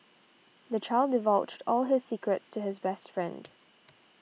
the child divulged all his secrets to his best friend